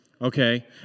Okay